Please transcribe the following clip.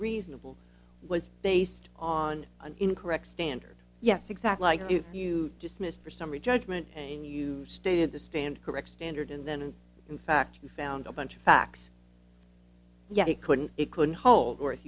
reasonable was based on an incorrect standard yes exactly like if you just missed for summary judgment and you stated the stand correct standard and then and in fact you found a bunch of facts yet it couldn't it couldn't hold or if